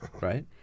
Right